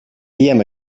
diem